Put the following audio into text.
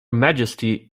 majesty